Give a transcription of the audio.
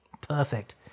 Perfect